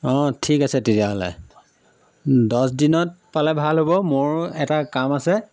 অঁ ঠিক আছে তেতিয়াহ'লে দহ দিনত পালে ভাল হ'ব মোৰ এটা কাম আছে